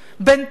בין "תג מחיר"